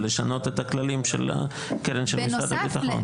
זה לשנות את הכללים של הקרן של משרד הביטחון.